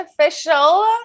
official